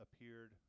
appeared